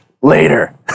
later